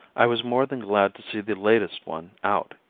i was more than glad to see the latest one out,